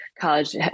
college